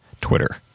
Twitter